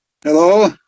Hello